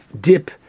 dip